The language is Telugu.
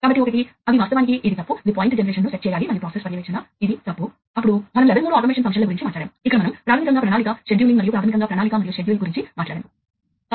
కాబట్టి ఈ పరికరం వాస్తవానికి డేటా ను అంగీకరిస్తుంది మరియు తరువాత ఈ పరికరం నెట్వర్క్ లో ప్రసారం అవుతుంది తరువాత దాని నుండి ప్యాకెట్లగా వస్తుంది